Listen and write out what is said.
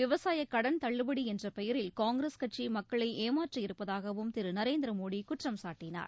விவசாயக் கடன் தள்ளுபடி என்ற பெயரில் காங்கிரஸ் கட்சி மக்களை ஏமாற்றி இருப்பதாகவும் திரு நரேந்திர மோடி குற்றம் சாட்டினார்